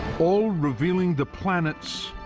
all revealing the planets,